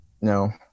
No